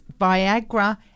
Viagra